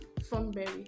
Funberry